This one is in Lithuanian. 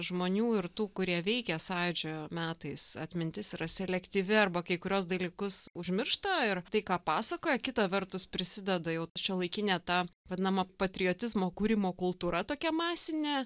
žmonių ir tų kurie veikė sąjūdžio metais atmintis yra selektyvi arba kai kuriuos dalykus užmiršta ir tai ką pasakoja kita vertus prisideda jau šiuolaikinė ta vadinama patriotizmo kūrimo kultūra tokia masinė